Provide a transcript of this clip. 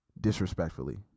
disrespectfully